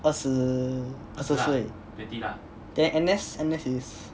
二十二十岁 then N_S N_S is